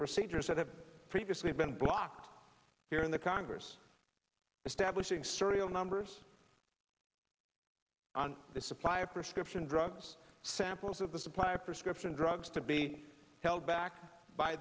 procedures that have previously been blocked here in the congress establishing certain numbers on the supply of prescription drugs samples of the supply of prescription drugs to be held back by